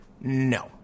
No